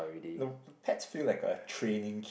no pets feel like a training